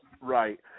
Right